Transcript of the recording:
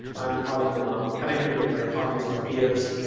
i'm calling them out, connecting with my colleagues, my peers,